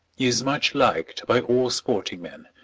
is much liked by all sporting men,